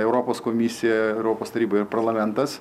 europos komisija europos taryba ir parlamentas